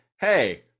hey